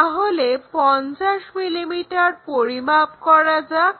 তাহলে 50 mm পরিমাপ করা যাক